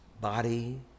body